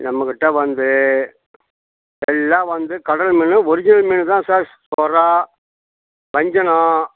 நம்மக்கிட்டே வந்து எல்லாம் வந்து கடல் மீன் ஒரிஜினல் மீன் தான் சார் சுறா வஞ்சிரம்